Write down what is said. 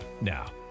Now